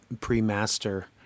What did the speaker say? pre-Master